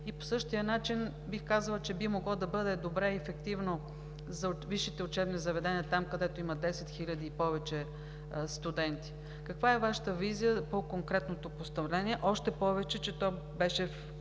и по същия начин бих казала, че би могло да бъде добре и ефективно за висшите учебни заведения – там, където има 10 000 и повече студенти? Каква е Вашата визия по конкретното постановление, още повече че то беше